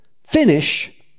finish